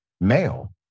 male